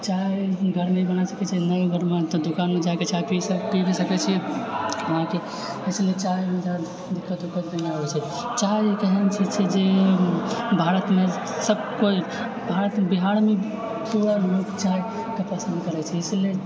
चाय घरमे भी बना सकैत छै नहि घरमे तऽ दुकानमे जाकऽ पी भी सकैत छी अहाँकेँ इसलिए चायमे जादा दिक्कत ओक्कत नहि होइत छै चाय एक एहन चीज छै जे भारतमे सब केओ भारतमे बिहारमे पुरालोक चायके पसन्द करैत छै इसलिए